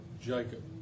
jacob